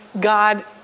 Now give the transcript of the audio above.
God